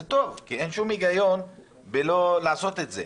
זה טוב, אין שום היגיון בלא לעשות את זה,